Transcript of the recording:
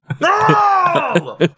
No